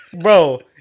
Bro